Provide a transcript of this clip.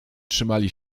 trzymali